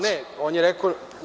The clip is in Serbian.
Ne, on je rekao…